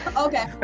Okay